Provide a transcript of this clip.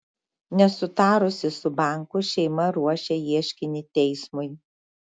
nesutarusi su banku šeima ruošia ieškinį teismui